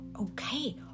Okay